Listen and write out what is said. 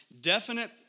definite